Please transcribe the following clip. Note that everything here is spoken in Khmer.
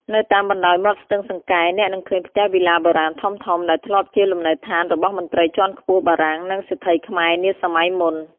នៅតាមបណ្តោយមាត់ស្ទឹងសង្កែ អ្នកនឹងឃើញផ្ទះវីឡាបុរាណធំៗ ដែលធ្លាប់ជាលំនៅដ្ឋានរបស់មន្ត្រីជាន់ខ្ពស់បារាំង និងសេដ្ឋីខ្មែរនាសម័យមុន។